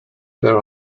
there